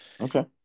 Okay